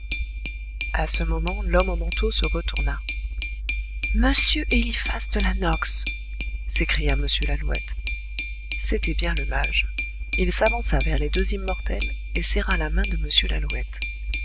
a ce moment l'homme au manteau se retourna m eliphas de la nox s'écria m lalouette c'était bien le mage il s'avança vers les deux immortels et serra la main de m lalouette